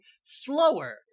slower